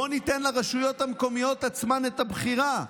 בואו ניתן לרשויות המקומיות עצמן את הבחירה,